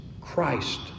Christ